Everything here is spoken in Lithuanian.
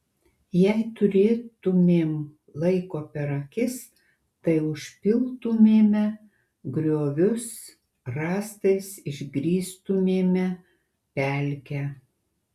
jei turėtumėm laiko per akis tai užpiltumėme griovius rąstais išgrįstumėme pelkę